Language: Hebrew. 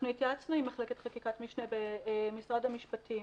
התייעצנו עם מחלקת חקיקת משנה במשרד המשפטים